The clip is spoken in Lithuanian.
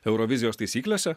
eurovizijos taisyklėse